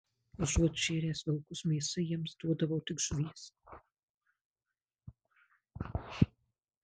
užuot šėręs vilkus mėsa jiems duodavau tik žuvies